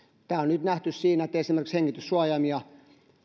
tämä on nyt nähty siinä että esimerkiksi hengityssuojaimia